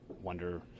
wonder